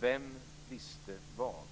Vem visste vad?